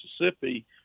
Mississippi